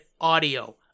audio